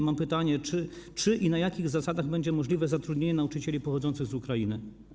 I pytanie: Czy i na jakich zasadach będzie możliwe zatrudnienie nauczycieli pochodzących z Ukrainy?